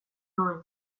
nuen